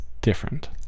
different